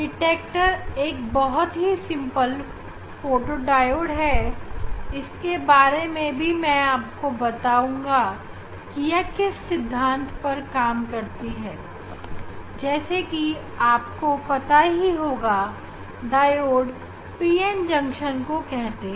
detector एक बहुत ही साधारण फोटो डायोड है इसके बारे में मैं आपको बताता हूं कि यह किस सिद्धांत पर काम करती है जैसे कि आपको पता ही होगा डायोड पीएन जंक्शन को कहते हैं